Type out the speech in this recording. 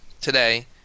today